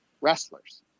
wrestlers